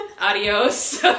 adios